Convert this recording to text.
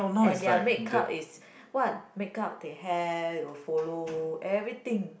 and their make up is what make up they have will follow everything